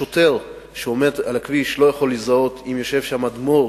השוטר שעומד על הכביש לא יכול לזהות אם יושב שם אדמו"ר